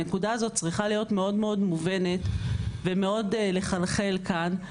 הנקודה הזאת צריכה להיות מאוד מאוד מובנת ומאוד לחלחל כאן,